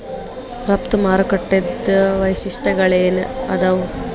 ರಫ್ತು ಮಾರುಕಟ್ಟಿದ್ ವೈಶಿಷ್ಟ್ಯಗಳೇನೇನ್ ಆದಾವು?